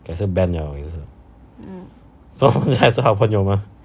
改次 banned 了次所以还是好朋友吗